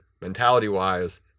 mentality-wise